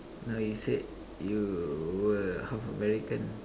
no you said you were half American